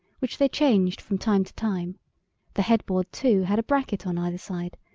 which they changed from time to time the head-board, too, had a bracket on either side,